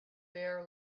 bare